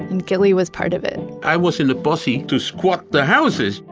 and guilly was part of it i was in the posse to squat the houses.